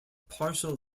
partial